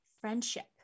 friendship